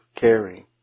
caring